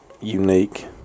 unique